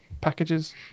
packages